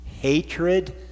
hatred